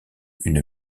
une